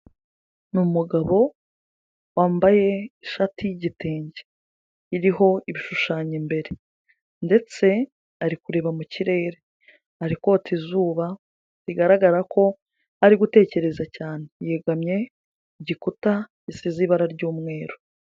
Ni umugabo wambaye ishati y'igitenge iriho ibishushanyo imbere ndetse ari kureba mu kirere, ari kota izuba bigaragara ko ari gutekereza cyane, yegamye ku gikuta gisize ibara ry'umweru.